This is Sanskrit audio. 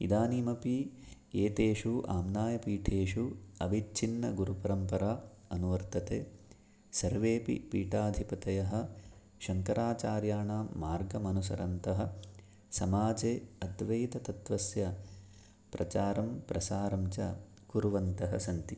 इदानीमपि एतेषु आम्नायपीठेषु अविच्छिन्नगुरुपरम्परा अनुवर्तते सर्वेऽपि पीठाधिपतयः शङ्कराचार्याणां मार्गमनुसरन्तः समाजे अद्वैततत्वस्य प्रचारं प्रसारं च कुर्वन्तः सन्ति